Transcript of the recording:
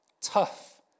Tough